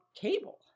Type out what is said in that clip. cable